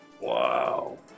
Wow